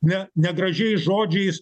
ne negražiais žodžiais